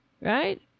right